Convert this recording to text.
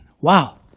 Wow